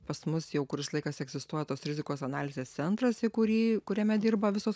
pas mus jau kuris laikas egzistuoja tos rizikos analizės centras į kurį kuriame dirba visos